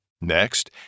Next